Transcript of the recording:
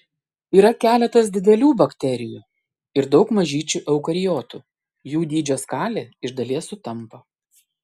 yra keletas didelių bakterijų ir daug mažyčių eukariotų jų dydžio skalė iš dalies sutampa